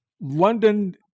London